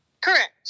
Correct